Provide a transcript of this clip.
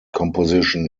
composition